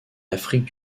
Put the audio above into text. afrique